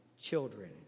children